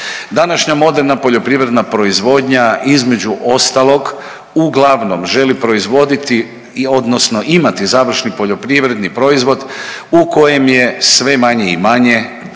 Današnja moderna poljoprivredna proizvodnja između ostalog uglavnom želi proizvoditi odnosno imati završni poljoprivredni proizvod u kojem je sve manje imanje tzv.